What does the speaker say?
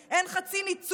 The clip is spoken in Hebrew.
אין חצי שנאת נשים,